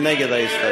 מי נגד ההסתייגות?